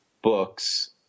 Books